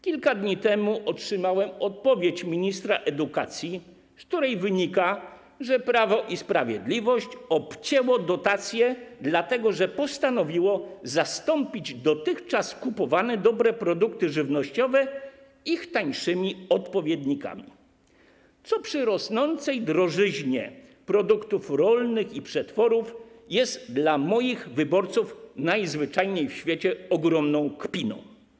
Kilka dni temu otrzymałem odpowiedź ministra edukacji, z której wynika, że Prawo i Sprawiedliwość obcięło dotacje, dlatego że postanowiło zastąpić dotychczas kupowane dobre produkty żywnościowe ich tańszymi odpowiednikami, co przy rosnącej drożyźnie produktów rolnych i przetworów jest dla moich wyborców najzwyczajniej w świecie ogromną kpiną.